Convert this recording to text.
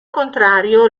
contrario